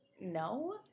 No